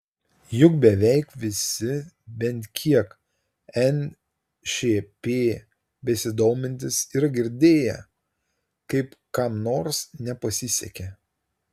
juk beveik visi bent kiek nšp besidomintys yra girdėję kaip kam nors nepasisekė